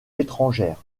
étrangère